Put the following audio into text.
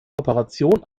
operationen